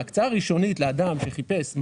ההקצאה הראשונית לאדם שחיפש,